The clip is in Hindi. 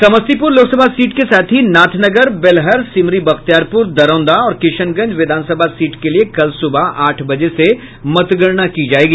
समस्तीपूर लोकसभा सीट के साथ ही नाथनगर बेलहर सिमरी बख्तियारपूर दरौंदा और किशनगंज विधानसभा सीट के लिये कल सुबह आठ बजे से मतगणना की जायेगी